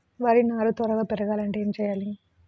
వరి నారు త్వరగా పెరగాలంటే ఏమి చెయ్యాలి?